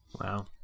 Wow